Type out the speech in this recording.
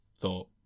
thought